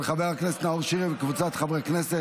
של חבר הכנסת נאור שירי וקבוצת חברי הכנסת.